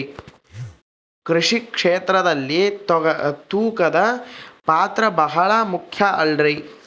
ಕೃಷಿ ಕ್ಷೇತ್ರದಲ್ಲಿ ತೂಕದ ಪಾತ್ರ ಬಹಳ ಮುಖ್ಯ ಅಲ್ರಿ?